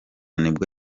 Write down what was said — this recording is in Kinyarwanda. nibwo